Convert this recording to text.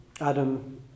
adam